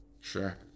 Sure